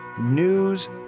news